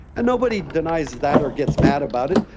and nobody denies that or gets mad about it,